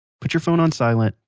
put your phone on silent,